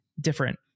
Different